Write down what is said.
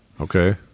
Okay